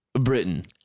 britain